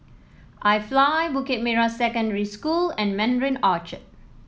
IFly Bukit Merah Secondary School and Mandarin Orchard